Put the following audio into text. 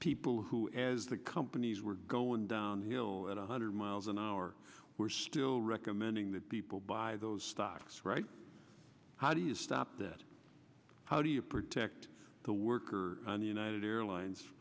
people who as the companies were go and kill one hundred miles an hour we're still recommending that people buy those stocks right how do you stop this how do you protect the worker in the united airlines